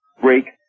break